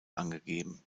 angegeben